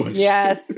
Yes